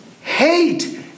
hate